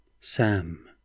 Sam